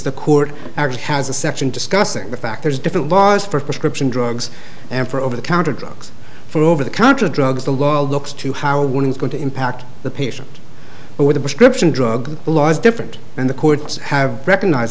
the court has a section discussing the fact there's different laws for prescription drugs and for over the counter drugs for over the counter drugs the law looks to how one is going to impact the patient but with a prescription drug laws different and the courts have recognized